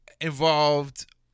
involved